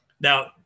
Now